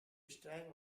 strike